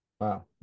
Wow